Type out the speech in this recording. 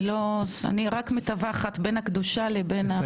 אני רק מתווכת בין הקדושה לבין המיקרופון.